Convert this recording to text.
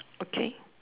okay